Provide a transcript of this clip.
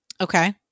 Okay